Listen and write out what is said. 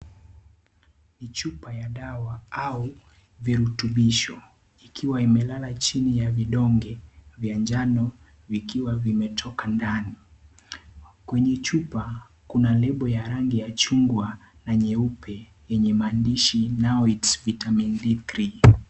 Ni chupa ya dawa au virutubisho ikiwa imelala chini ya vidonge vya njano vikiwa vimetoka ndani. Kwenye chupa kuna lebo ya rangi ya chungwa na nyeupe yenye maandishi now it's vitamin D3